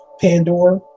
pandora